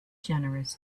generous